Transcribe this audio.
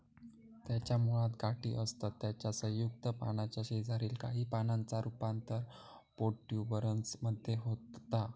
त्याच्या मुळात गाठी असतत त्याच्या संयुक्त पानाच्या शेजारील काही पानांचा रूपांतर प्रोट्युबरन्स मध्ये होता